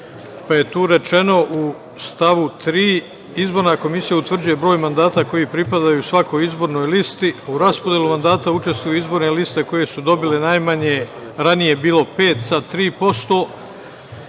Pa je tu rečeno u stavu 3. – izborna komisija utvrđuje broj mandata koji pripadaju svakoj izbornoj listi, u raspodeli mandata učestvuju izborne liste koje su dobile najmanje, ranije je bilo 5%,